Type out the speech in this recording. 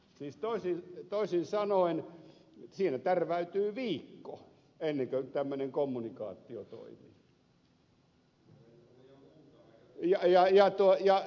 siis toisin sanoen siinä tärväytyy viikko ennen kuin tämmöinen kommunikaatio toimii